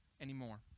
anymore